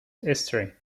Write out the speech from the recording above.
history